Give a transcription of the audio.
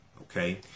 okay